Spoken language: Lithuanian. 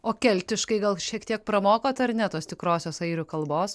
o keltiškai gal šiek tiek pramokot ar ne tos tikrosios airių kalbos